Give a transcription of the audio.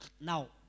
Now